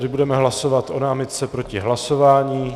Tedy budeme hlasovat o námitce proti hlasování.